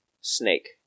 snake